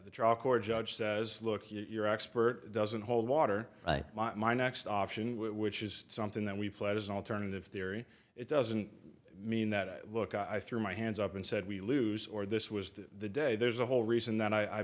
the trial court judge says look you're expert doesn't hold water my next option which is something that we played as an alternative theory it doesn't mean that look i threw my hands up and said we lose or this was the day there's a whole reason that i